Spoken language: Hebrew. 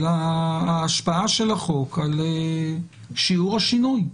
אלא השפעה של החוק על שיעור השינוי.